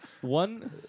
One